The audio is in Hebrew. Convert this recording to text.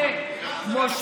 איראן זה פה.